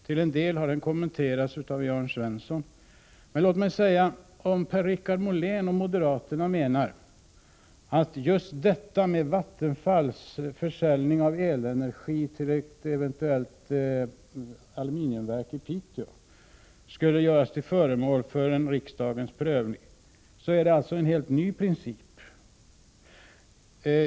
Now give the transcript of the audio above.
Till en del har den kommenterats av Jörn Svensson, men låt mig säga, att om Per-Richard Molén och moderaterna menar att Vattenfalls försäljning av elenergi till ett eventuellt aluminiumverk i Piteå skulle göras till föremål för riksdagens prövning, kommer det att gälla en helt ny princip.